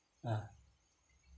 ah